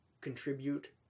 contribute